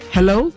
Hello